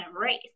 race